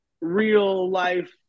real-life